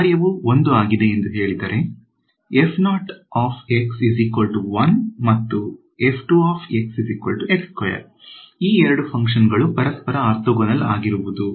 ಕಾರ್ಯವು 1 ಆಗಿದೆ ಎಂದು ಹೇಳಿದರೆ ಮತ್ತು ಈ ಎರಡು ಫಂಕ್ಷನ್ ಗಳು ಪರಸ್ಪರ ಆರ್ಥೋಗೋನಲ್ ಆಗಿರುವುದು